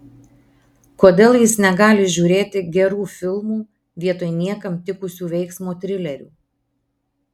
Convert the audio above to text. kodėl jis negali žiūrėti gerų filmų vietoj niekam tikusių veiksmo trilerių